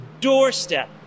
doorstep